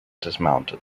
dismounted